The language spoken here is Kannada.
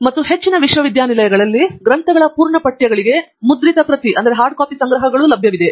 ಮತ್ತು ಹೆಚ್ಚಿನ ವಿಶ್ವವಿದ್ಯಾನಿಲಯಗಳಲ್ಲಿ ಗ್ರಂಥಗಳ ಪೂರ್ಣ ಪಠ್ಯಗಳಿಗೆ ಮುದ್ರಿತ ಪ್ರತಿ ಸಂಗ್ರಹಗಳು ಲಭ್ಯವಿವೆ